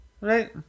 Right